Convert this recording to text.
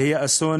יהיה אסון